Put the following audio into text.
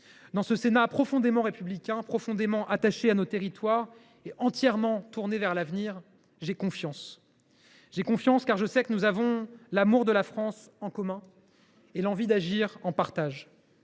devant ce Sénat profondément républicain, profondément attaché à nos territoires et entièrement tourné vers l’avenir, j’ai confiance. J’ai confiance, car je sais que nous avons l’amour de la France en commun et l’envie d’agir en partage.